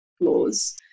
laws